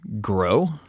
grow